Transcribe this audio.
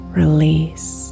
release